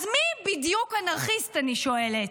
אז מי בדיוק אנרכיסט, אני שואלת?